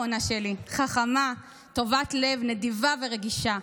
רונה שלי, חכמה, טובת לב, נדיבה ורגישה.